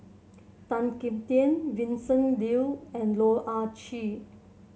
Tan Kim Tian Vincent Leow and Loh Ah Chee